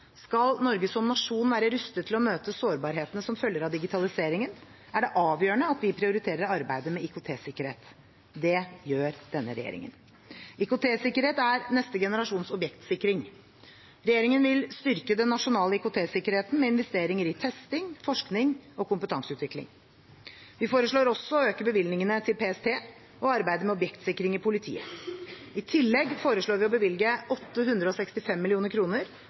Skal Norge som nasjon være rustet til å møte sårbarhetene som følger av digitaliseringen, er det avgjørende at vi prioriterer arbeidet med IKT-sikkerhet. Det gjør denne regjeringen. IKT-sikkerhet er neste generasjons objektsikring. Regjeringen vil styrke den nasjonale IKT-sikkerheten med investeringer i testing, forskning og kompetanseutvikling. Vi foreslår også å øke bevilgningen til PST, og arbeidet med objektsikring i politiet. I tillegg foreslår vi å bevilge 865